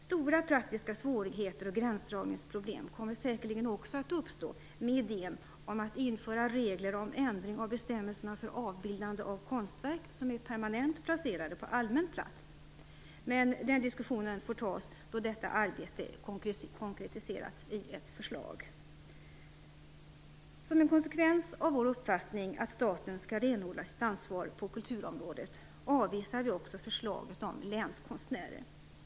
Stora praktiska svårigheter och gränsdragningsproblem kommer säkerligen också att uppstå genom idén om att införa regler om ändring av bestämmelserna för avbildande av konstverk som är permanent placerade på allmän plats. Men den diskussionen får tas då detta arbete konkretiserats i ett förslag. Som en konsekvens av vår uppfattning att staten skall renodla sitt ansvar på kulturområdet avvisar vi också förslaget om länskonstnärer.